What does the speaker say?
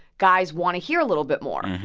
guys want to hear a little bit more.